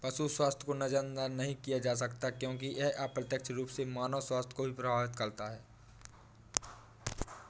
पशु स्वास्थ्य को नजरअंदाज नहीं किया जा सकता क्योंकि यह अप्रत्यक्ष रूप से मानव स्वास्थ्य को भी प्रभावित करता है